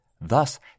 Thus